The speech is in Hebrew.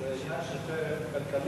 כי זה עניין של חרם כלכלי.